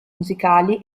musicali